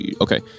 Okay